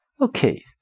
Okay